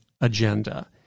agenda